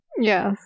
Yes